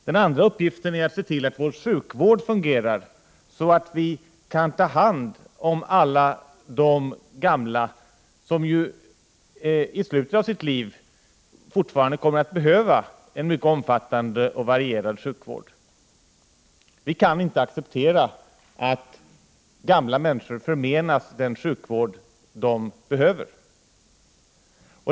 Den andra uppgiften är att se till att vår sjukvård fungerar, så att vi kan ta hand om alla de gamla som i slutet av sina liv fortfarande kommer att vara i behov av mycket omfattande och varierad sjukvård. Vi kan inte acceptera att gamla förmenas den sjukvård de behöver.